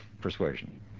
persuasion